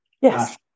Yes